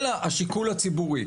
אלא השיקול הציבורי,